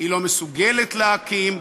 היא לא מסוגלת להקים,